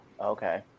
okay